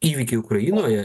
įvykiai ukrainoje